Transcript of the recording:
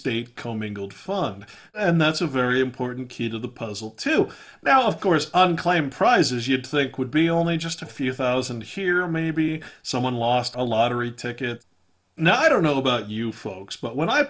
state commingled fund and that's a very important key to the puzzle to now of course unclaimed prizes you'd think would be only just a few thousand here maybe someone lost a lottery ticket now i don't know about you folks but when i